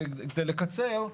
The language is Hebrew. כדי לקצר,